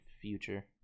future